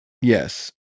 Yes